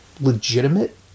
legitimate